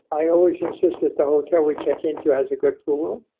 i always insist that the hotel we check into has a good pool,